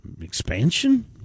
Expansion